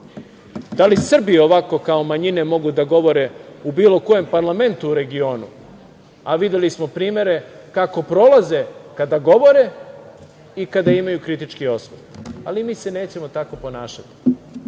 li Srbi ovako kao manjine mogu da govore u bilo kojem parlamentu u regionu? Videli smo primere kako prolaze kada govore i kada imaju kritički osvrt, ali mi se nećemo tako ponašati.